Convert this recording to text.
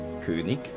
König